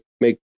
make